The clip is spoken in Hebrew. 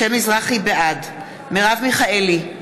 בעד מרב מיכאלי,